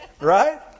right